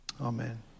Amen